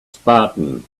spartan